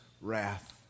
wrath